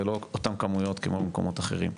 זה לא אותן כמויות כמו במקומות אחרים.